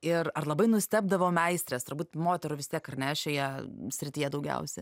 ir ar labai nustebdavo meistrės turbūt moterų vis tiek ar ne šioje srityje daugiausia